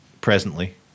presently